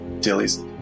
Dilly's